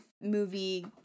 movie